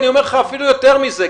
אני אומר לך אפילו יותר מזה,